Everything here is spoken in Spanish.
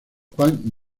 juan